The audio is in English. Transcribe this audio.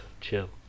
chill